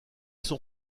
sont